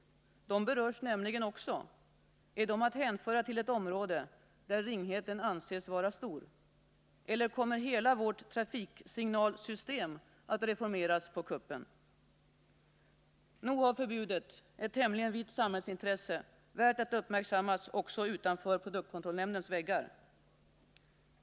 De berörs nämligen också. Är de att hänföra till ett område där ringheten anses vara stor? Eller kommer hela vårt trafiksignalsystem att reformeras på kuppen? Nog har förbudet ett tämligen vitt samhällsintresse, värt att uppmärksammas också utanför produktkontrollnämndens väggar!